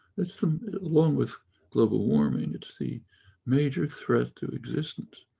it's along with global warming. it's the major threat to existence.